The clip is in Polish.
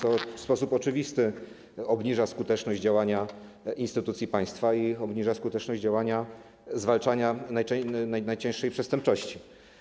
To w sposób oczywisty obniża skuteczność działania instytucji państwa i obniża skuteczność zwalczania najcięższej przestępczości.